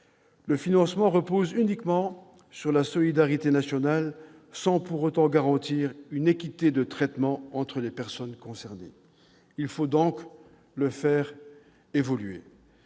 Le financement repose uniquement sur la solidarité nationale, sans pour autant garantir une équité de traitement entre les personnes concernées. Il faut donc le faire évoluer.